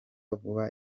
vuba